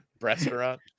restaurant